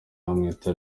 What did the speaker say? amwita